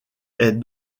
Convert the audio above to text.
est